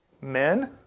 Men